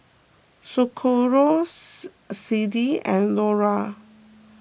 Socorro Clydie and Lora